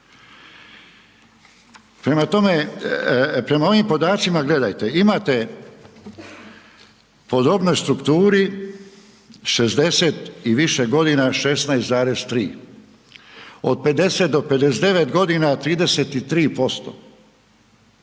prema ovim podacima, gledajte, imate po dobnoj strukturi, 60 i više godina, 16,3 od 50-59 g. 33%